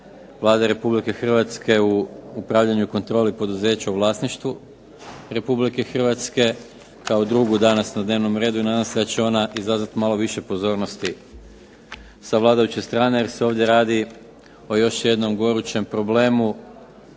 Vlade Republike Hrvatske u upravljanju i kontroli poduzeća u vlasništvu Republike Hrvatske kao drugu danas na dnevnom redu i nadam se da će ona izazvati malo više pozornosti sa vladajuće strane jer se ovdje radi o još jednom gorućem problemu